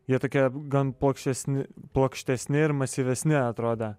jie tokie gan plokštesni plokštesni ir masyvesni atrodė